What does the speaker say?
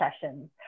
sessions